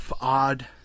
Odd